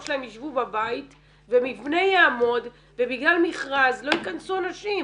שלהם ישבו בבית ומבנה יעמוד ובגלל מכרז לא ייכנסו אנשים.